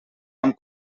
amb